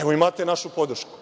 Evo, imate našu podršku.